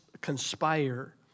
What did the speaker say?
conspire